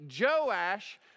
Joash